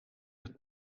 het